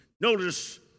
Notice